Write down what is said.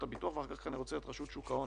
הביטוח ואחר כך אני רוצה את רשות שוק ההון.